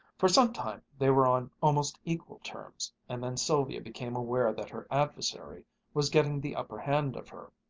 for some time they were on almost equal terms, and then sylvia became aware that her adversary was getting the upper hand of her.